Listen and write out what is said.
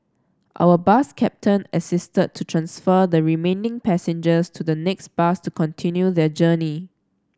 our bus captain assisted to transfer the remaining passengers to the next bus to continue their journey